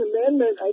Amendment